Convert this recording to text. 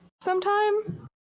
sometime